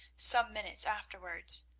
some minutes afterwards,